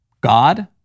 God